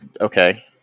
Okay